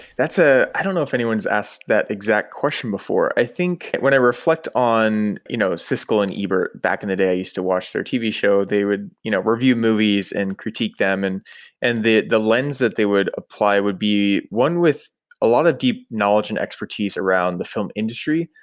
ah i don't know if anyone's asked that exact question before. i think when i reflect on you know siskel and ebert back in the day. i used to watch their tv show, they would you know review movies and critique them, and and the the lens that they would apply would be one with a lot of deep knowledge and expertise around the film industry.